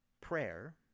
Prayer